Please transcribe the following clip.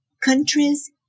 countries